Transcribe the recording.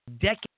Decades